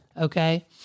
Okay